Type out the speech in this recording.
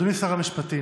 אדוני שר המשפטים,